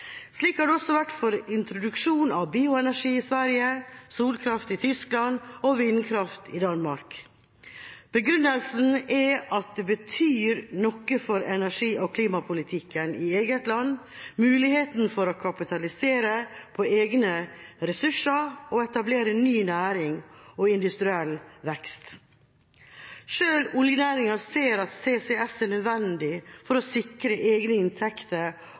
Slik har det også vært for introduksjon av bioenergi , solkraft og vindkraft . Begrunnelsen er at det betyr noe for energi- og klimapolitikken i eget land, muligheten for å kapitalisere på egne ressurser, og etablere ny næring og industriell vekst.» Selv oljenæringa ser at CCS er nødvendig for å sikre egne inntekter